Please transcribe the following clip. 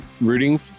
rooting